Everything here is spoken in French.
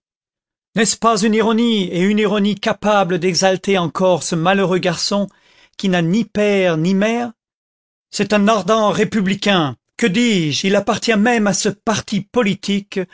n'est-ce pas une ironie et une ironie capable d'exalter encore ce malheureux garçon qui n'a ni père ni mère c'est un ardent républicain que dis-je il appartient même à ce parti politique